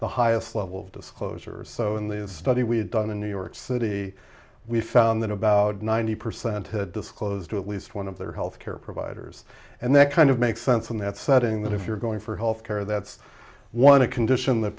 the highest level of disclosure so in the study we had done in new york city we found that about ninety percent had disclosed to at least one of their health care providers and that kind of makes sense in that setting the you're going for health care that's one of condition th